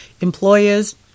employers